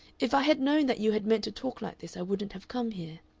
if i had known that you had meant to talk like this i wouldn't have come here.